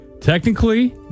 Technically